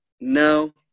no